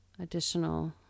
additional